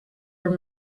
were